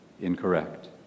incorrect